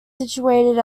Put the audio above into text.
situated